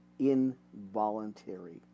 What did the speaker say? Involuntary